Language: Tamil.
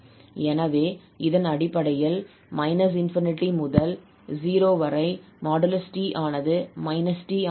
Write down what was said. எனவே இதன் அடிப்படையில் −∞ முதல் 0 வரை | 𝑡 | ஆனது -t ஆகிறது